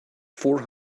four